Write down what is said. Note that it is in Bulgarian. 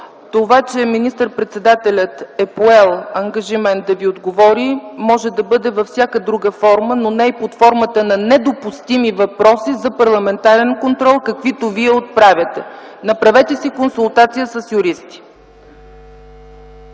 Това, че министър-председателят е поел ангажимент да Ви отговори, може да бъде във всяка друга форма, но не и под формата на недопустими въпроси за парламентарен контрол, каквито Вие отправяте. Направете си консултация с юристи.